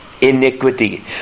iniquity